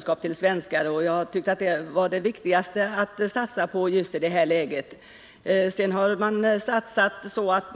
syftar till att ge svenskarna bättre kunskaper om invandrarna. Jag tyckte att det var det viktigaste att satsa på i detta läge. I fråga om övriga anslag har inflationen kompenserats.